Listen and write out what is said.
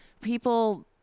people